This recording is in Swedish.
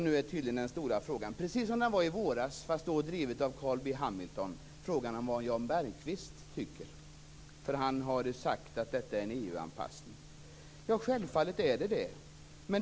Nu är tydligen den stora frågan - precis som den var i våras, fast då drivet av Carl B Hamilton - vad Jan Bergqvist tycker, eftersom han har sagt att detta är en EU-anpassning. Det är det självfallet.